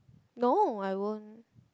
no I won't